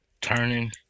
turning